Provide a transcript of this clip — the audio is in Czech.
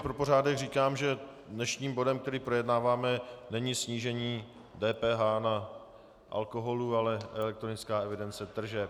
Pro pořádek říkám, že dnešním bodem, který projednáváme, není snížení DPH alkoholu, ale elektronická evidence tržeb.